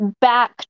back